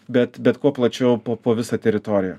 bet bet kuo plačiau po po visą teritoriją